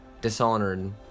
Dishonored